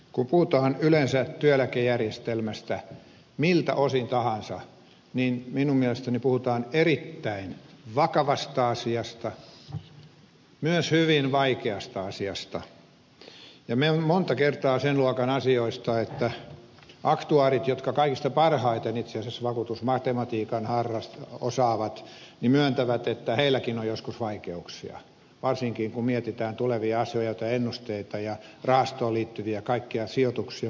kun puhutaan yleensä työeläkejärjestelmästä miltä osin tahansa niin minun mielestäni puhutaan erittäin vakavasta asiasta myös hyvin vaikeasta asiasta ja monta kertaa sen luokan asioista että aktuaarit jotka kaikista parhaiten itse asiassa vakuutusmatematiikan osaavat myöntävät että heilläkin on joskus vaikeuksia varsinkin kun mietitään tulevia asioita ja ennusteita ja rahastoon liittyviä sijoituksia ja muuta vastaavaa